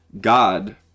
God